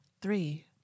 Three